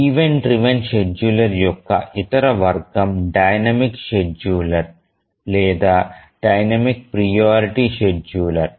event driven scheduler యొక్క ఇతర వర్గం డైనమిక్ షెడ్యూలర్ లేదా డైనమిక్ ప్రియారిటీ షెడ్యూలర్